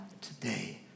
today